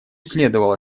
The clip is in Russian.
следовало